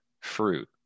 fruit